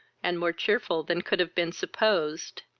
and more cheerful than could have been supposed.